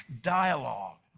dialogue